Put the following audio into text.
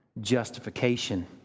justification